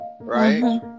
right